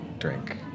Drink